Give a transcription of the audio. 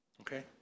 Okay